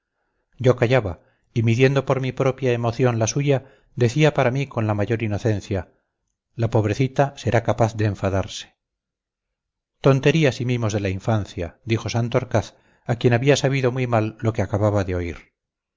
yo callaba y midiendo por mi propia emoción la suya decía para mí con la mayor inocencia la pobrecita será capaz de enfadarse tonterías y mimos de la infancia dijo santorcaz a quien había sabido muy mal lo que acababa de oír